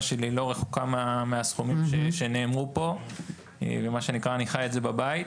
שלי לא רחוקה מהסכומים שעלו פה ומה שנקרה אני חי את זה בבית.